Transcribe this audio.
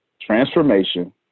transformation